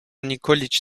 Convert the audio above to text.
nikoliç